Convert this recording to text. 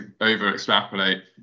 over-extrapolate